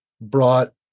brought